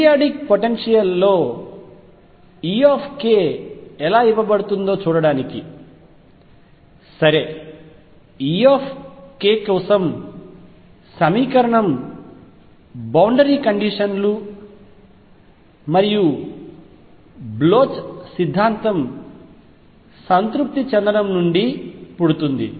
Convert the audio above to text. periodic potential లో E ఎలా ఇవ్వబడుతుందో చూడటానికి E కోసం సమీకరణం బౌండరీ కండిషన్లు మరియు బ్లోచ్ సిద్ధాంతం సంతృప్తి చెందడం నుండి పుడుతుంది